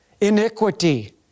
iniquity